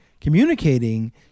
communicating